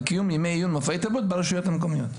"בקיום ימי עיון ומופעי תרבות" ברשויות המקומיות.